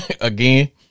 again